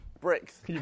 Bricks